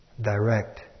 Direct